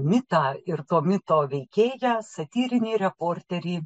mitą ir mito veikėją satyrinį reporterį